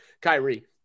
Kyrie